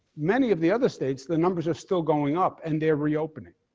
many of the other states, the numbers are still going up, and they're reopening.